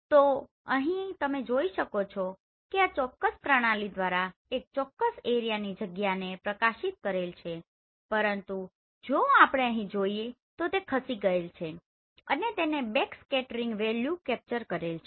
તો અહી તમે જોઈ શકો છો કે આ ચોક્કસ પ્રણાલી દ્વારા એક ચોક્કસ એરીયા ની જગ્યા ને પ્રકાશિત કરેલ છે પરંતુ જો આપણે અહીં જોઈએ તો તે ખસી ગયેલ છે અને તેણે બેકસ્કેટરિંગ વેલ્યુ કેપ્ચર કરેલ છે